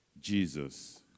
Jesus